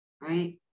right